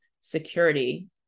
security